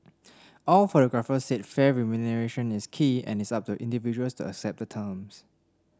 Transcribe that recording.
all photographers said fair remuneration is key and it is up to individuals to accept the terms